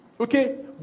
Okay